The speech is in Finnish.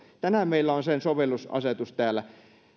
tänään meillä on sen soveltamisasetus täällä